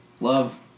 love